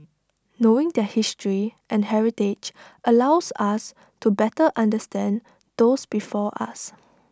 knowing their history and heritage allows us to better understand those before us